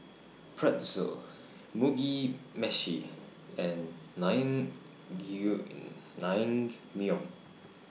Pretzel Mugi Meshi and Naengmyeon